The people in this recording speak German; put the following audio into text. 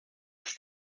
das